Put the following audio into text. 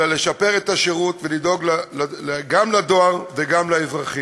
אלא לשפר את השירות ולדאוג גם לדואר וגם לאזרחים.